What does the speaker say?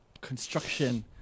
construction